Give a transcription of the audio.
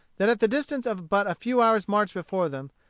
that at the distance of but a few hours' march before them,